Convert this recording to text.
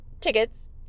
tickets